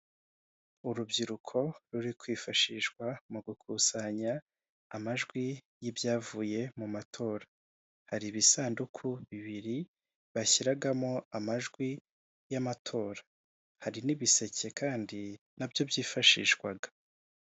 Urubyiruko ruri kwifashishwa mu gukusanya amajwi y'ibyavuye mu matora. Hari ibisanduku bibiri bashyiragamo amajwi y'amatora. Hari n'ibiseke kandi, nabyo byifashishwaga.